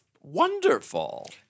wonderful